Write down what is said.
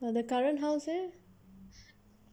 but the current house leh